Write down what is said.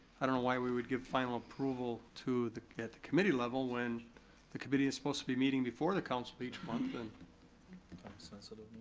i don't know why we would give final approval at the the committee level when the committee is supposed to be meeting before the council each month. and so sort of